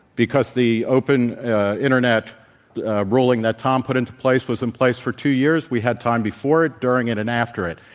because the open internet ruling that tom put into place was in place for two years. we had time before it, during it, and after it.